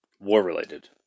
war-related